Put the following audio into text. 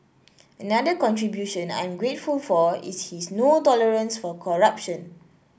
another contribution I'm grateful for is his no tolerance for corruption